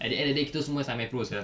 at the end of day kita semua semi-pro sia